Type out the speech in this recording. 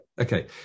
Okay